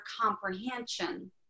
comprehension